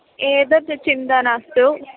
एतद् चिन्ता मास्तु